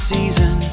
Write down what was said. season